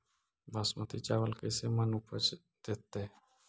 बासमती चावल कैसे मन उपज देतै?